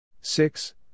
six